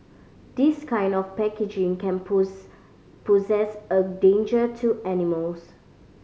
this kind of packaging can pose poses a danger to animals